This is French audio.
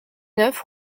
neuf